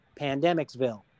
Pandemicsville